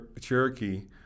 Cherokee